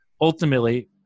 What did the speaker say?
ultimately